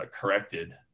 corrected